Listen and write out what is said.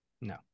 no